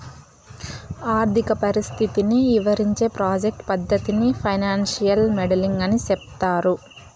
ఆర్థిక పరిస్థితిని ఇవరించే ప్రాజెక్ట్ పద్దతిని ఫైనాన్సియల్ మోడలింగ్ అని సెప్తారు